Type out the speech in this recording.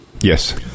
yes